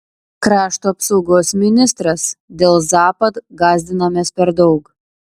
krašto apsaugos ministras dėl zapad gąsdinamės per daug